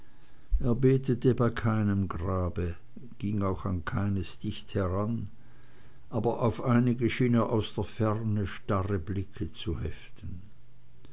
betete bei keinem grabe ging auch an keines dicht hinan aber auf einige schien er aus der ferne starre blicke zu heften